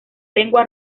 lengua